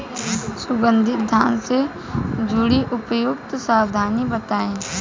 सुगंधित धान से जुड़ी उपयुक्त सावधानी बताई?